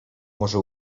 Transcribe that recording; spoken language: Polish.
może